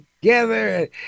together